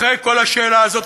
אחרי כל השאלה הזאת,